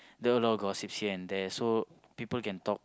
then a lot of gossips here and there so people can talk